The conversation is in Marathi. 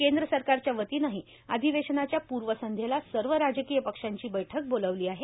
केंद्र सरकारच्या वतीनंही अधिवेशनाच्या पूर्वसंध्येला सर्व राजकीय पक्षांची बैठक बोलावली आहे